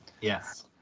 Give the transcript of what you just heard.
Yes